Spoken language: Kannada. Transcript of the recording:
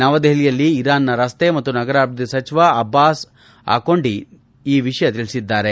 ನವದೆಹಲಿಯಲ್ಲಿ ಇರಾನ್ನ ರಸ್ತೆ ಮತ್ತು ನಗರಾಭಿವೃದ್ದಿ ಸಚಿವ ಅಬ್ಲಾಸ್ ಅಕೋಂಡಿ ನಿನ್ನೆ ಈ ವಿಷಯ ತಿಳಿಸಿದ್ದಾರೆ